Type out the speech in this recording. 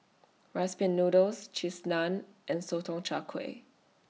Rice Pin Noodles Cheese Naan and Sotong Char Kway